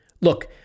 look